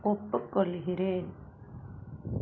ஒப்புக்கொள்கிறேன்